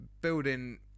building